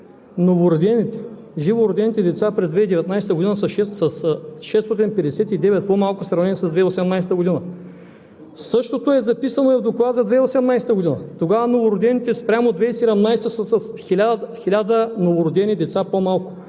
новородените, живородените деца през 2019 г. са с 659 по-малко в сравнение с 2018 г. Същото е записано и в Доклада за 2018 г. Тогава новородените спрямо 2017-а са с хиляда новородени деца по-малко.